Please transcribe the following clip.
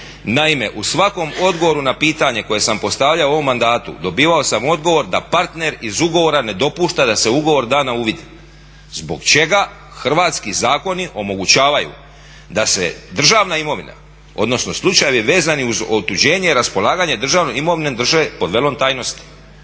Naime, u svakom odgovoru na pitanje koje sam postavljao u ovom mandatu dobivao sam odgovor da partner iz ugovora ne dopušta da se ugovor da na uvid. Zbog čega hrvatski zakoni omogućavaju da se državna imovina, odnosno slučajevi vezani uz otuđenje i raspolaganje državnom imovinom ne drže pod velom tajnosti.